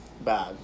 bad